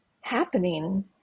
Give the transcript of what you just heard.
happening